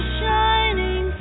shining